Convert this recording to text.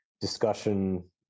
discussion